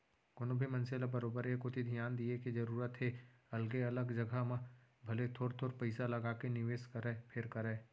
कोनो भी मनसे ल बरोबर ए कोती धियान दिये के जरूरत हे अलगे अलग जघा म भले थोर थोर पइसा लगाके निवेस करय फेर करय